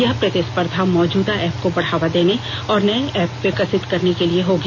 यह प्रतिस्पर्धा मौजूदा ऐप्प को बढ़ावा देने और नये एप विकसित करने के लिए होगी